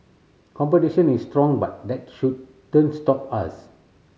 competition is strong but that shouldn't stop us